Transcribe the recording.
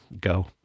go